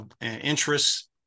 interests